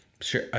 Sure